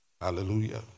Hallelujah